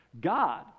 God